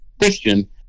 Christian